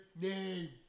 name